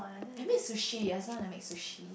I make sushi I also want to make sushi